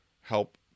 help